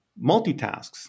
multitasks